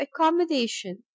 accommodation